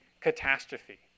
catastrophe